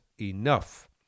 enough